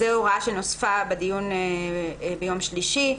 זו הוראה שנוספה בדיון ביום שלישי.